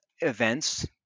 events